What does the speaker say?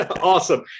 awesome